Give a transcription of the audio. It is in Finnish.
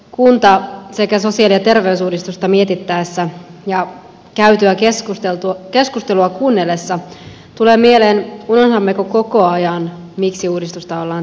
kunta sekä sosiaali ja terveysuudistusta miettiessä ja käytyä keskustelua kuunnellessa tulee mieleen unohdammeko koko ajan miksi uudistusta ollaan tekemässä